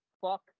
fuck